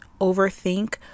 overthink